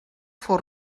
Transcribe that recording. fou